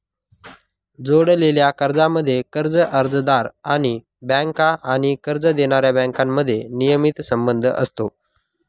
जोडलेल्या कर्जांमध्ये, कर्ज अर्जदार आणि बँका आणि कर्ज देणाऱ्या बँकांमध्ये नियमित संबंध असतो